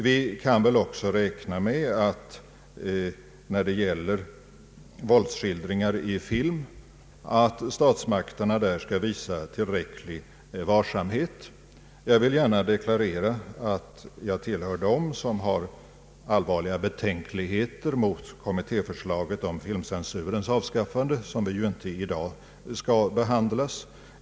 Vi kan väl också räkna med att statsmakterna skall visa tillräcklig varsamhet när det gäller bedömningen av våldsskildringar i film. Jag vill gärna deklarera att jag tillhör dem som har allvarliga betänkligheter mot kommittéförslaget om filmcensurens avskaffande, en fråga som vi inte i dag skall behandla.